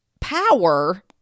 Power